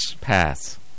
Pass